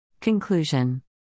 Conclusion